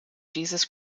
jesus